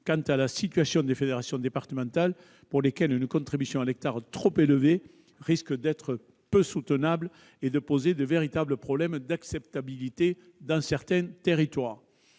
quant à la situation des fédérations départementales pour lesquelles une contribution à l'hectare trop élevée risque d'être peu soutenable et de poser, dans certains territoires,